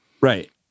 Right